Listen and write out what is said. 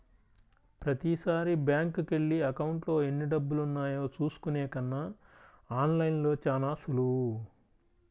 ప్రతీసారీ బ్యేంకుకెళ్ళి అకౌంట్లో ఎన్నిడబ్బులున్నాయో చూసుకునే కన్నా ఆన్ లైన్లో చానా సులువు